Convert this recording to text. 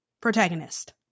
protagonist